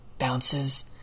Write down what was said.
bounces